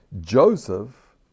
Joseph